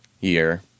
year